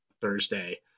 Thursday